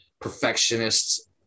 perfectionists